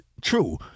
true